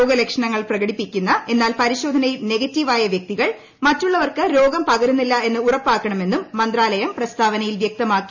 രോഗലക്ഷണങ്ങൾ പ്രകടിപ്പിക്കുന്ന എന്നാൽ പരിശോധനയിൽ നെഗറ്റീവ് ആയ വൃക്തികൾ മറ്റുള്ളവർക്ക് രോഗം പകരുന്നില്ല എന്ന് ഉറപ്പാക്കണമെന്നും മന്ത്രാലയം പ്രസ്താവനയിൽ വ്യക്തമാക്കി